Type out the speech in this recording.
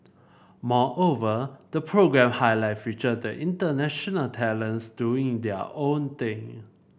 moreover the programme highlight featured the international talents doing their own thing